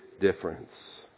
difference